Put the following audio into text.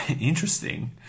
interesting